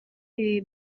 ibi